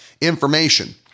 information